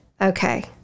okay